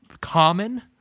common